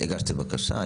הגשתם בקשה?